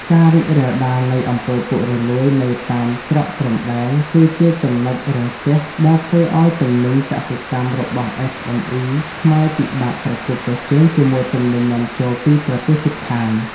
ការរីករាលដាលនៃ អំពើពុករលួយ នៅតាមច្រកព្រំដែន គឺជា ចំណុចរាំងស្ទះ ដែលធ្វើឱ្យទំនិញកសិកម្មរបស់ SME ខ្មែរពិបាកប្រកួតប្រជែងជាមួយទំនិញនាំចូលពីប្រទេសជិតខាង។